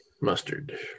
mustard